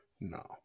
No